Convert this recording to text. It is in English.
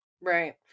Right